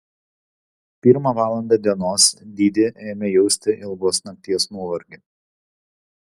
pirmą valandą dienos didi ėmė jausti ilgos nakties nuovargį